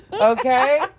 okay